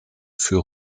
für